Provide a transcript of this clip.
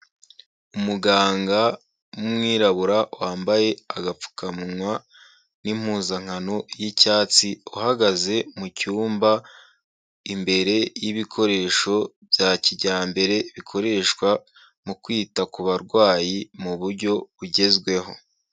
Umuganga w'umwirabura wambaye agapfukamunwa n'impuzankano y'icyatsi, uhagaze mu cyumba imbere y'ibikoresho bya kijyambere bikoreshwa mu kwita ku barwayi mu buryo bugezweho.